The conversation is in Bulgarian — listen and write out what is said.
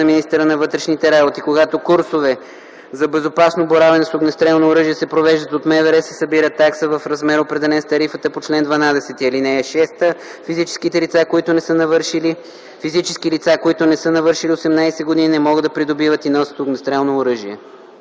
министъра на вътрешните работи. Когато курсовете за безопасно боравене с огнестрелно оръжие се провеждат от МВР, се събира такса в размер, определен с тарифата по чл. 12. (6) Физически лица, които не са навършили 18 години, не могат да придобиват и носят неогнестрелно оръжие.”